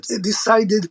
decided